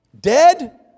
dead